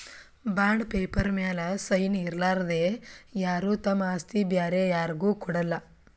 bond paper ಮ್ಯಾಲ್ sign ಇರಲಾರ್ದೆ ಯಾರು ತಮ್ ಆಸ್ತಿ ಬ್ಯಾರೆ ಯಾರ್ಗು ಕೊಡಲ್ಲ